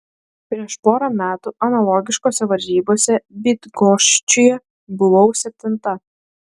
prieš porą metų analogiškose varžybose bydgoščiuje buvau septinta